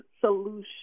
solution